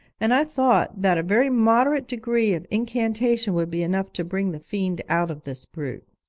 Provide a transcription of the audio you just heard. and i thought that a very moderate degree of incantation would be enough to bring the fiend out of this brute.